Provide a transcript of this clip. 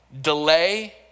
Delay